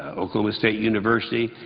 oklahoma state university,